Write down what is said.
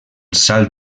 salt